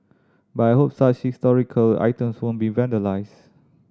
but I hope such historical items won't be vandalised